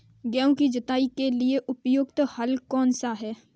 गेहूँ की जुताई के लिए प्रयुक्त हल कौनसा है?